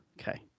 Okay